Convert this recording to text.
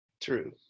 True